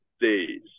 days